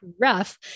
rough